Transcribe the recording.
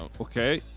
okay